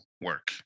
work